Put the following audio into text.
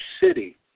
city